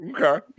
Okay